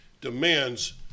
demands